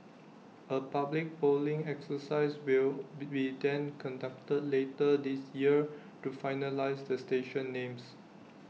A public polling exercise will be then conducted later this year to finalise the station names